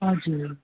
हजुर